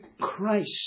Christ